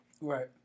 Right